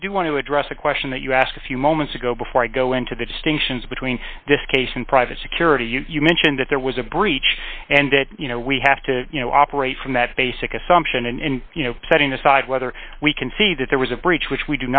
i do want to address a question that you asked a few moments ago before i go into the distinctions between this case and private security you mentioned that there was a breach and that you know we have to you know operate from that basic assumption and you know setting aside whether we can see that there was a breach which we